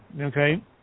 okay